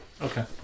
Okay